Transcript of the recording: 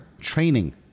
training